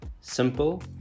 Simple